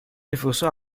nüfusu